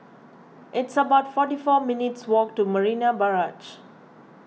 it's about forty four minutes' walk to Marina Barrage